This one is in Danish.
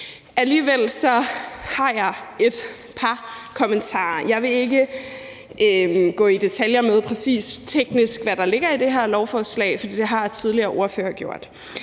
Alligevel har jeg et par kommentarer. Jeg vil ikke gå i detaljer med, præcis hvad der teknisk ligger i det her lovforslag, for det har tidligere ordførere gjort.